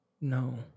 No